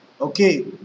Okay